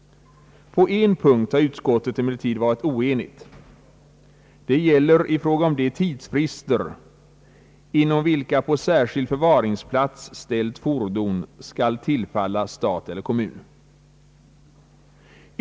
På en punkt har utskottet emellertid varit oenigt, nämligen i fråga om de tidsfrister efter vilka på särskild förvaringsplats ställt fordon skall tillfalla stat eller kommun.